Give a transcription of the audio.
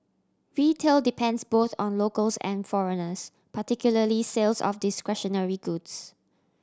retail depends both on locals and foreigners particularly sales of discretionary goods